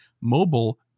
mobile